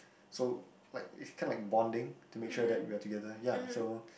so like it's kinda like bonding to make sure that we are together ya so